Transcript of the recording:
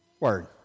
word